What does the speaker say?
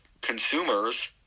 consumers